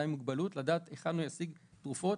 עם מוגבלות לדעת היכן הוא ישיג תרופות,